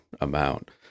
amount